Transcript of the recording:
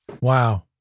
Wow